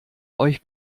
euch